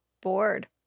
bored